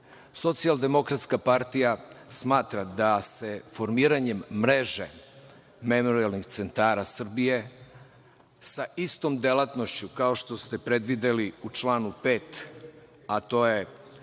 centrima. Socijaldemokratska partija smatra da se formiranjem Mreže memorijalnih centara Srbije sa istom delatnošću kao što ste predvideli u članu 5. a to je